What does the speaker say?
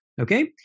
Okay